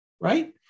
right